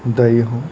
দায়ী হয়